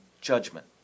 judgment